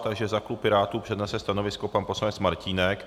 Takže za klub Pirátů přednese stanovisko pan poslanec Martínek.